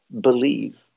believe